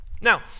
now